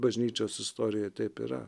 bažnyčios istorijoj taip yra